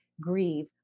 grieve